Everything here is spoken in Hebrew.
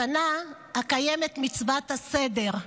השנה אקיים את מצוות הסדר,